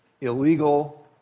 illegal